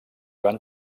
van